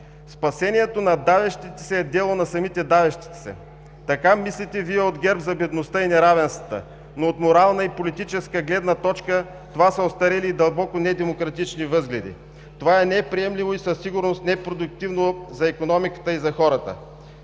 „Спасението на давещите се е дело на самите давещи се“ – така мислите Вие от ГЕРБ за бедността и неравенствата, но от морална и политическа гледна точка това са остарели и дълбоко недемократични възгледи. Това не е приемливо и със сигурност – непродуктивно, за икономиката и за хората.